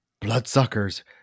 bloodsuckers